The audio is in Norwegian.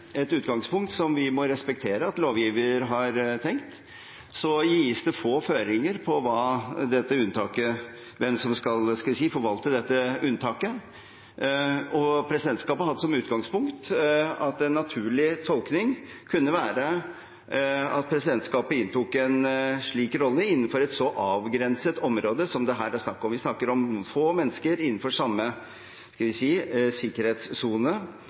et utgangspunkt som vi må respektere at lovgiver har tenkt? Så gis det få føringer for hvem som skal forvalte dette unntaket, og presidentskapet har hatt som utgangspunkt at en naturlig tolkning kunne være at presidentskapet inntok en slik rolle innenfor et så avgrenset område som det her er snakk om. Vi snakker her om få mennesker innenfor samme – skal vi si – sikkerhetssone